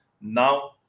Now